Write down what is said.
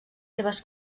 seves